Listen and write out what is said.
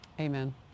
Amen